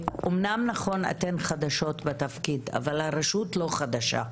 אמנם נכון, אתן חדשות בתפקיד אבל הרשות לא חדשה.